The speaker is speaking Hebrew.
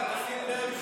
כבוד סגן השר,